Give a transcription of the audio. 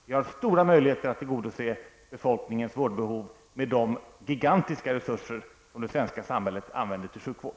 Vi har stora möjligheter att tillgodose befolkningens vårdbehov med de gigantiska resurser som det svenska samhället använder till sjukvård.